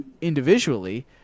individually